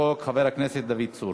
הכנסת דוד צור,